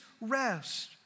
rest